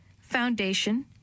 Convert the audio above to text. foundation